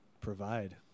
provide